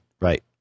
Right